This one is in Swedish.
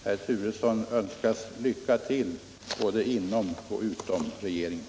Herr Turesson önskas lycka till både inom och utom regeringen.